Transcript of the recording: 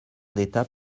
d’état